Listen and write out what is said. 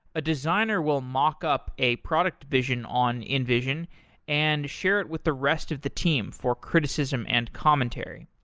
a designer will mockup a product vision on invision and share it with the rest of the team for criticism and commentary.